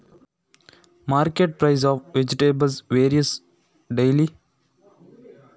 ಮಾರುಕಟ್ಟೆಯ ತರಕಾರಿ ಬೆಲೆ ಎಷ್ಟು ದಿನಕ್ಕೆ ಬದಲಾಗುತ್ತದೆ?